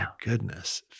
goodness